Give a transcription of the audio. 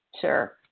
Sure